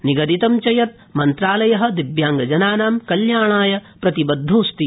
निगदितं च यत् मन्त्रालय दिव्याङ्गजनानां कल्याणाय प्रतिबद्वोस्ति